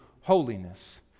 holiness